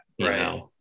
Right